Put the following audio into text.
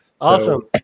Awesome